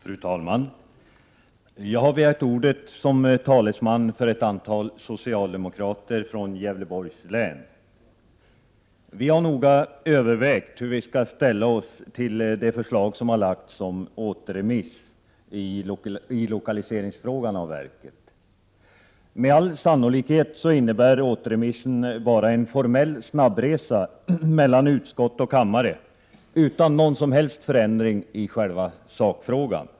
Fru talman! Jag har begärt ordet som talesman för ett antal socialdemokrater från Gävleborgs län. Vi har noga övervägt hur vi skall ställa oss till förslaget om återremiss av frågan om lokalisering av verket. Med all sannolikhet innebär återremissen bara en formell snabbresa mellan utskott och kammare utan någon som helst förändring i sakfrågan.